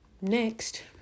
Next